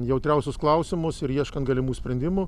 jautriausius klausimus ir ieškant galimų sprendimų